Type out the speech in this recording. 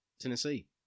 Tennessee